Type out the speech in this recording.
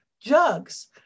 jugs